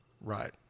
Right